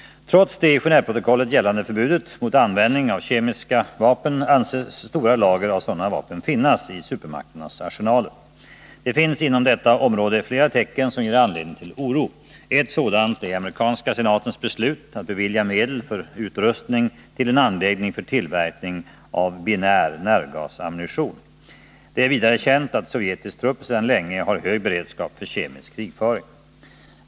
Trots det i Genåveprotokollet gällande förbudet mot användning av kemiska vapen anses stora lager av sådana vapen finnas i supermakternas arsenaler. Det finns inom detta område flera tecken som ger anledning till oro. Ett sådant är amerikanska senatens beslut att bevilja medel för utrustning till en anläggning för tillverkning av binär nervgasammunition. Det är vidare känt att sovjetisk trupp sedan länge har hög beredskap för kemisk krigföring.